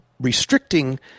restricting